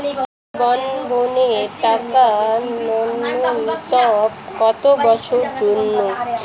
বলবনের টাকা ন্যূনতম কত বছরের জন্য?